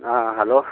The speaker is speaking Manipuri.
ꯑꯥ ꯍꯜꯂꯣ